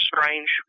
strange